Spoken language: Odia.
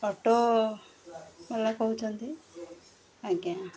ଅଟୋବାଲା କହୁଛନ୍ତି ଆଜ୍ଞା